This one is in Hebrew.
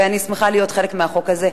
ואני שמחה להיות חלק מהחוק הזה.